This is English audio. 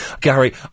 Gary